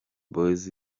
boyz